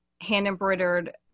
hand-embroidered